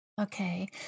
Okay